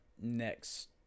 next